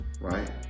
Right